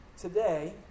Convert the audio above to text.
today